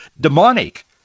demonic